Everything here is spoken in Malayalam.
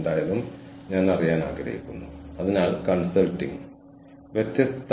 അതിനാൽ ഇങ്ങനെയാണ് ഇത് ഇതിലേക്ക് ഫീഡ് ചെയ്യുന്നത്